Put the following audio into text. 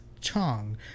chong